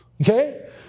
okay